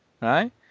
right